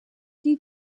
die